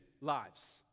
lives